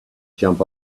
jump